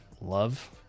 love